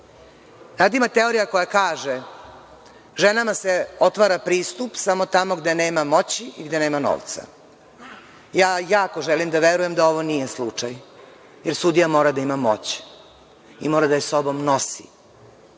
Ima teorija koja kaže – ženama se otvara pristup samo tamo gde nema moći i gde nema novca. Ja jako želim da verujem da ovo nije slučaj, jer sudija mora da ima moć i mora da se sa sobom nosi